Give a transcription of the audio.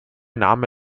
name